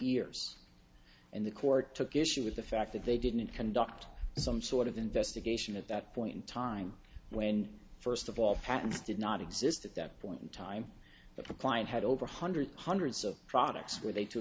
years and the court took issue with the fact that they didn't conduct some sort of investigation at that point in time when first of all patents did not exist at that point in time but the client had over hundreds hundreds of products were they to